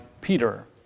Peter